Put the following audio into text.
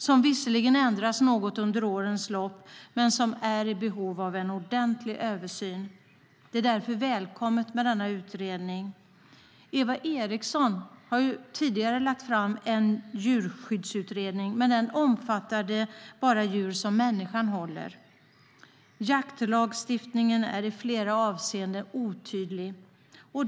Den har visserligen ändrats något under årens lopp, men den är i behov av en ordentlig översyn. Det är därför välkommet med denna utredning. Eva Eriksson har tidigare lagt fram en djurskyddsutredning, men den omfattade bara djur som människan håller. Jaktlagstiftningen är i flera avseenden otydlig.